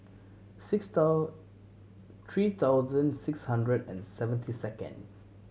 six three thousand six hundred and seventy second